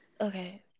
Okay